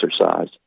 exercise